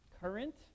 current